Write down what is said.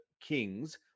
Kings